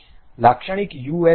લાક્ષણિક યુ